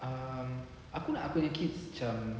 um aku nak aku punya kids macam